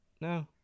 No